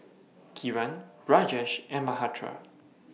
Kiran Rajesh and Mahatma